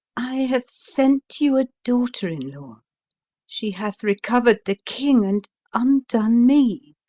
i have sent you a daughter-in-law she hath recovered the king and undone me.